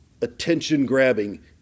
attention-grabbing